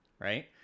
right